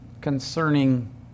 concerning